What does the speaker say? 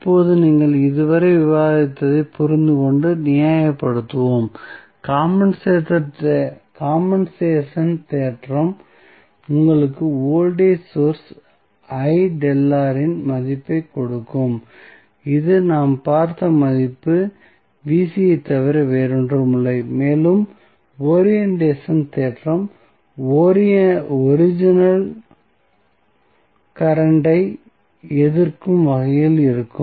இப்போது நாங்கள் இதுவரை விவாதித்ததைப் புரிந்துகொண்டு நியாயப்படுத்துவோம் காம்பென்சேஷன் தேற்றம் உங்களுக்கு வோல்டேஜ் சோர்ஸ் இன் மதிப்பைக் கொடுக்கும் இது நாம் பார்த்த மதிப்பு ஐத் தவிர வேறொன்றுமில்லை மேலும் ஒரிஎண்டேஷன் தோற்றம் ஒரிஜினல் கரண்ட் ஐ எதிர்க்கும் வகையில் இருக்கும்